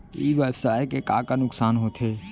ई व्यवसाय के का का नुक़सान होथे?